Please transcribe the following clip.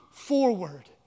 forward